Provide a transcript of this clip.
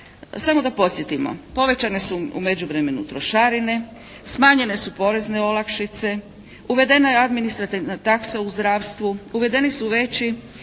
Samo da podsjetimo. Povećane su u međuvremenu trošarine, smanjene su porezne olakšice. Uvedena je administrativna taksa u zdravstvu. Uvedeni su veći